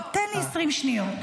תן לי 20 שניות.